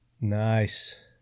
Nice